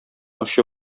очы